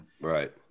right